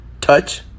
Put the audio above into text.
touch